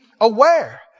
aware